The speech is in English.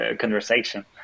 conversation